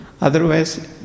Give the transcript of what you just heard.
Otherwise